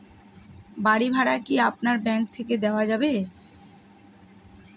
বাড়ী ভাড়া কি আপনার ব্যাঙ্ক থেকে দেওয়া যাবে?